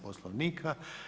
Poslovnika.